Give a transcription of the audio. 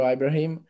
Ibrahim